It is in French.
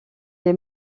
est